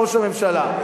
ראש הממשלה,